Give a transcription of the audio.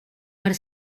per